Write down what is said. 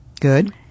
Good